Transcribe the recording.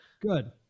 Good